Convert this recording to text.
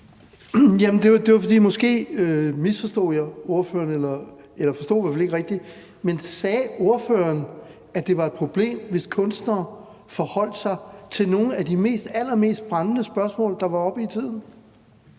Søndergaard (EL): Måske misforstod jeg ordføreren; jeg forstod i hvert fald ikke rigtig, hvad hun mente. Sagde ordføreren, at det var et problem, hvis kunstnere forholdt sig til nogle af de allermest brændende spørgsmål, der var oppe i tiden?